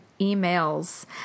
emails